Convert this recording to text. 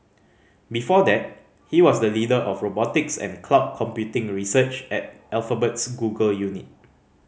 before that he was the leader of robotics and cloud computing research at Alphabet's Google unit